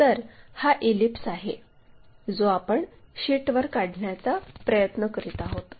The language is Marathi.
तर हा इलिप्स आहे जो आपण शीटवर काढण्याचा प्रयत्न करीत आहोत